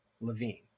Levine